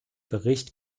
bericht